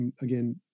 again